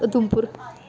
Udhampur